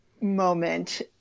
moment